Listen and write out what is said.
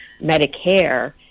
Medicare